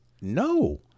No